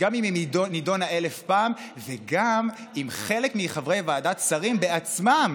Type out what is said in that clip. גם אם היא נדונה אלף פעם וגם אם חלק מחברי ועדת השרים בעצמם